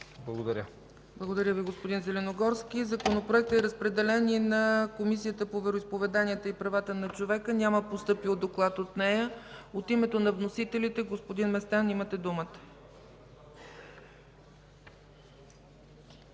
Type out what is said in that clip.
ЦАЧЕВА: Благодаря Ви, господин Зеленогорски. Законопроектът е разпределен и на Комисията по вероизповеданията и правата на човека. Няма постъпил доклад от нея. От името на вносителите, господин Местан, имате думата.